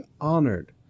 honored